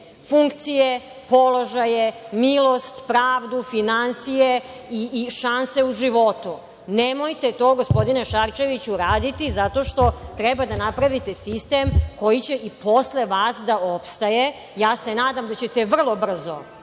funkcije, položaje, milost, pravdu, finansije i šanse u životu. Nemojte to, gospodine Šarčeviću raditi, zato što treba da napravite sistem koji će i posle vas da opstaje. Ja se nadam da ćete vrlo brzo